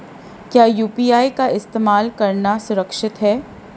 क्या यू.पी.आई का इस्तेमाल करना सुरक्षित है?